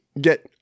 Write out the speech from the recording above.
get